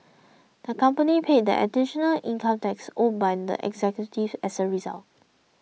the company paid the additional income taxes owed by the executives as a result